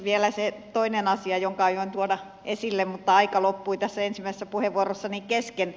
vielä se toinen asia jonka aioin tuoda esille mutta aika loppui ensimmäisessä puheenvuorossani kesken